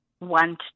want